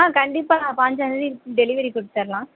ஆ கண்டிப்பாக பதினஞ்சாம் தேதி டெலிவரி கொடுத்துட்லாம்